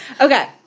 Okay